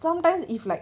sometimes if like